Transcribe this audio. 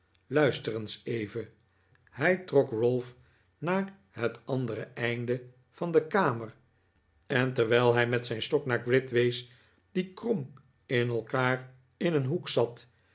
eens even hij trok ralph naar het andere einde van de kamer en terwijl hij met zijn stok naar gride wees die krom in elkaar in een hoek zat